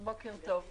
בוקר טוב.